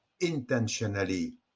intentionally